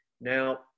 Now